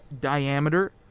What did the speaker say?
diameter